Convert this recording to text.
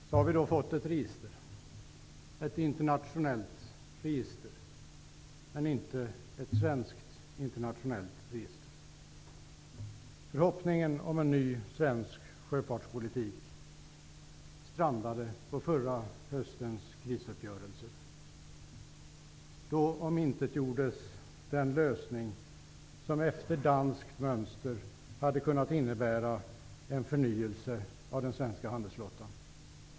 Herr talman! Så har vi då fått ett register, ett internationellt register, men inte ett svenskt internationellt register. Förhoppningen om en ny svensk sjöfartspolitik strandade vid förra höstens krisuppgörelse. Då omintetgjordes den lösning som efter danskt mönster hade kunnat innebära en förnyelse av den svenska handelsflottan.